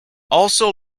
also